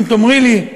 אם תאמרי לי מה